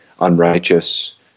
unrighteous